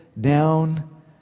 down